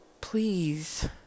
please